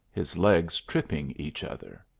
his legs tripping each other.